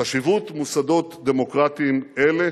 חשיבות מוסדות דמוקרטיים אלה